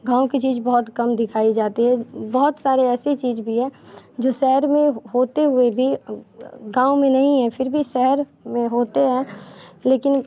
गाँव की चीज़ बहुत कम दिखाई जाती है बहुत सारी ऐसी चीज़े भी हैं जो शहर में होते हुए भी गाँव में नहीं है फिर भी शहे में होते हैं लेकिन